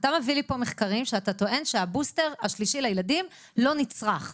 אתה מביא לי פה מחקרים שאתה טוען שהבוסטר השלישי לילדים לא נצרך,